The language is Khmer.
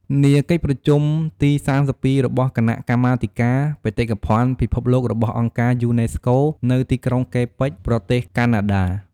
នាកិច្ចប្រជុំទី ៣២ របស់ គណៈកម្មាធិការ បេតិកភណ្ឌពិភពលោករបស់អង្គការ យូណេស្កូ នៅទីក្រុង កេបិចប្រទេសកាណាដា ។